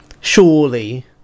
surely